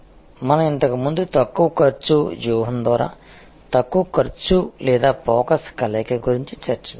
మనం ఇంతకుముందు తక్కువ ఖర్చు వ్యూహం ద్వారా తక్కువ ఖర్చు లేదా ఫోకస్ కలయిక గురించి చర్చించాము